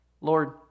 Lord